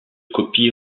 copies